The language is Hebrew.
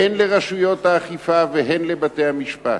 הן לרשויות האכיפה והן לבתי-המשפט: